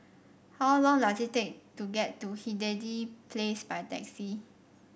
how long does it take to get to Hindhede Place by taxi